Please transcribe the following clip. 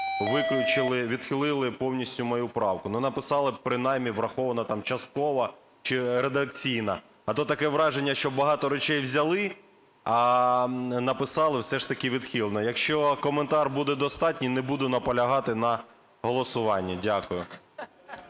виключили, відхилили повністю мою правку. Ну написали б принаймні: врахована там частково чи редакційно. А то таке враження, що багато речей взяли, а написали все ж таки: "відхилена". Якщо коментар буде достатній, не буду наполягати на голосуванні. Дякую.